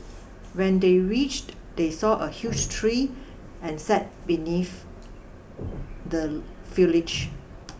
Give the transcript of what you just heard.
when they reached they saw a huge tree and sat beneath the foliage